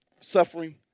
suffering